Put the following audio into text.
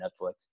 Netflix